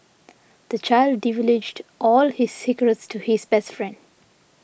the child divulged all his secrets to his best friend